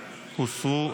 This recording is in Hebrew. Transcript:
הוסרו,